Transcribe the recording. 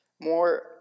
More